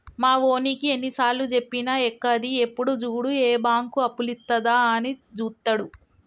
మావోనికి ఎన్నిసార్లుజెప్పినా ఎక్కది, ఎప్పుడు జూడు ఏ బాంకు అప్పులిత్తదా అని జూత్తడు